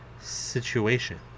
situation